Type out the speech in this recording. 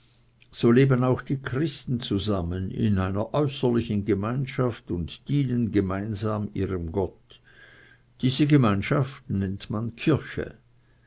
so leben auch die christen zusammen in einer äußerlichen gemeinschaft und dienen gemeinsam ihrem gott diese gemeinschaft nennt man kirche